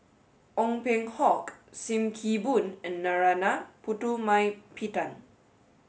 Ong Peng Hock Sim Kee Boon and Narana Putumaippittan